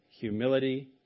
humility